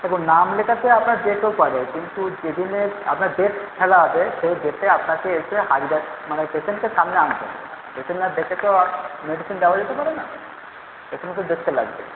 দেখুন নাম লেখাতে আপনার যে কেউ পারে কিন্তু যেদিনে আপনার ডেট ফেলা হবে সেই ডেটে আপনাকে এসে হাজিরা মানে পেশেন্টকে সামনে আনতে হবে পেশেন্ট না দেখে তো আর মেডিসিন দেওয়া যেতে পারে না পেশেন্টকে দেখতে লাগবে